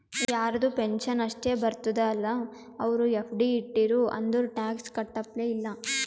ಯಾರದು ಪೆನ್ಷನ್ ಅಷ್ಟೇ ಬರ್ತುದ ಅಲ್ಲಾ ಅವ್ರು ಎಫ್.ಡಿ ಇಟ್ಟಿರು ಅಂದುರ್ ಟ್ಯಾಕ್ಸ್ ಕಟ್ಟಪ್ಲೆ ಇಲ್ಲ